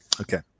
Okay